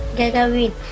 gagawin